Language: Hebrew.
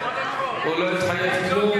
זה, הוא לא התחייב כלום.